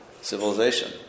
civilization